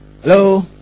Hello